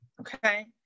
okay